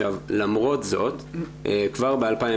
למרות זאת, כבר ב-2017